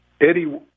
Eddie